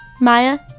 Maya